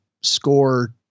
score